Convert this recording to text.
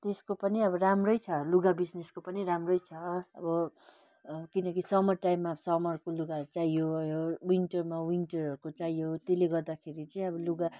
त्यसको पनि अब राम्रै छ लुगा बिजनेसको पनि राम्रै छ अब किनकि समर टाइममा समरको लुगाहरू चाहियो विन्टरमा विन्टरहरूको चाहियो त्यसले गर्दाखेरि चाहिँ अब लुगा